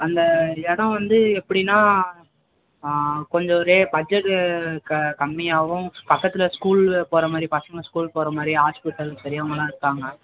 அந்த இடம் வந்து எப்படின்னா கொஞ்சம் ரே பட்ஜெட்டு க கம்மியாவும் பக்கத்துல ஸ்கூல் போகிற மாதிரி பசங்க ஸ்கூல் போகிற மாதிரி ஹாஸ்பிடல் பெரியவங்களாம் இருக்காங்க